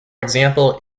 example